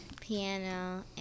piano